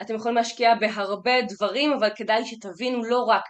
אתם יכולים להשקיע בהרבה דברים, אבל כדאי שתבינו לא רק...